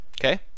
Okay